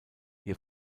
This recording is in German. ihr